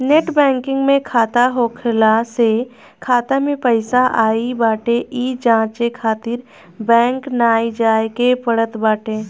net banking में खाता होखला से खाता में पईसा आई बाटे इ जांचे खातिर बैंक नाइ जाए के पड़त बाटे